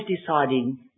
deciding